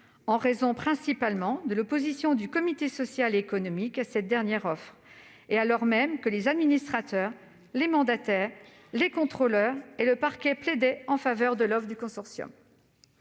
en raison principalement de l'opposition du comité social et économique à cette dernière offre et alors même que les administrateurs, les mandataires, les contrôleurs et le parquet plaidaient en faveur de l'offre du consortium.